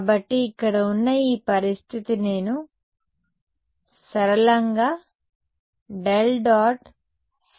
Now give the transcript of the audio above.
కాబట్టి ఇక్కడ ఉన్న ఈ పరిస్థితిని నేను సరళంగా ∇